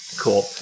cool